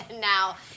now